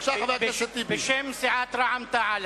בשם סיעת רע"ם-תע"ל,